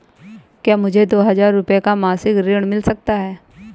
क्या मुझे दो हजार रूपए का मासिक ऋण मिल सकता है?